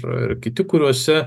ir kiti kuriuose